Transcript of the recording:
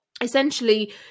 essentially